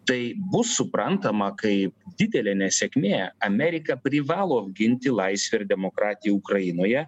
tai bus suprantama kaip didelė nesėkmė amerika privalo ginti laisvę ir demokratiją ukrainoje